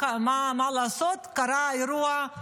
מה לעשות, קרה אירוע,